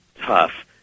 tough